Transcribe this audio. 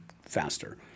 faster